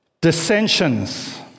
Dissensions